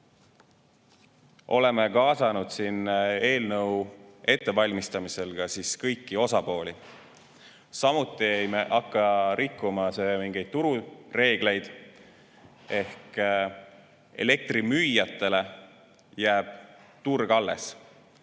Oleme kaasanud eelnõu ettevalmistamisse kõiki osapooli. Samuti ei hakka me rikkuma mingeid turureegleid ehk elektrimüüjatele jääb turg alles.